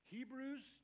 Hebrews